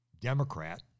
Democrat